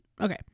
Okay